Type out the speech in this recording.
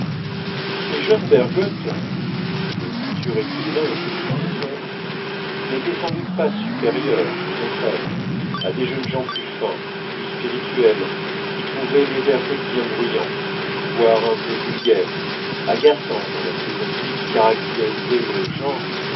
ces jeunes bergotte le futur écrivain et ses frères et sœurs n'étaient sans doute pas supérieurs au contraire à des jeunes gens plus fins plus spirituels qui trouvaient les bergotte bien bruyants voire un peu vulgaires agaçants dans leurs plaisanteries qui caractérisaient le genre